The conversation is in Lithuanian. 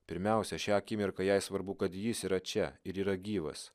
pirmiausia šią akimirką jai svarbu kad jis yra čia ir yra gyvas